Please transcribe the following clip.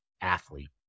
athlete